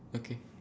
okay